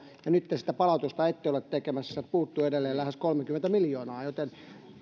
ja nyt te sitä palautusta ette ole tekemässä puuttuu edelleen lähes kolmekymmentä miljoonaa joten